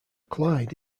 clyde